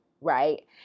right